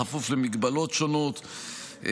בכפוף למגבלות שונות.